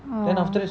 oh